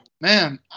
Man